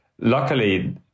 Luckily